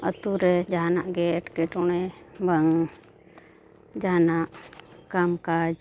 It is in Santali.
ᱟᱹᱛᱩ ᱨᱮ ᱡᱟᱦᱟᱱᱟᱜ ᱜᱮ ᱮᱴᱠᱮᱴᱚᱬᱮ ᱵᱟᱝ ᱡᱟᱦᱟᱱᱟᱜ ᱠᱟᱢᱼᱠᱟᱡᱽ